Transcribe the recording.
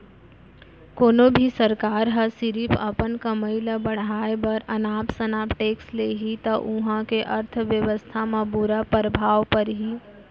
कोनो भी सरकार ह सिरिफ अपन कमई ल बड़हाए बर अनाप सनाप टेक्स लेहि त उहां के अर्थबेवस्था म बुरा परभाव परही